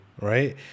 right